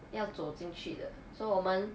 要走进去的 so 我们